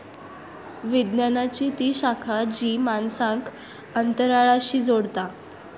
विज्ञानाची ती शाखा जी माणसांक अंतराळाशी जोडता